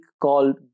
called